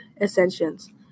ascensions